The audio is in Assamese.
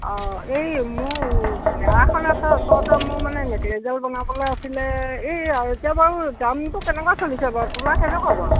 অ এই মোৰ বিয়া এখন আছে ওচৰতে মোৰ মানে নেকলেচডাল বনাবলৈ আছিলে এই এতিয়া বাৰু দামটো কেনেকুৱা চলিছে বাৰু তোলা কেনেকৈ বাৰু